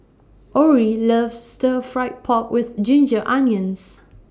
Orie loves Stir Fried Pork with Ginger Onions